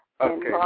Okay